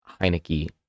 Heineke